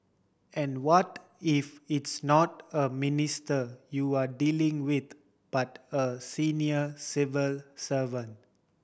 and what if it's not a minister you're dealing with but a senior civil servant